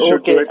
okay